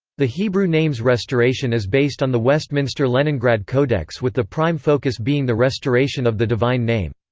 the hebrew names restoration is based on the westminster leningrad codex with the prime focus being the restoration of the divine name.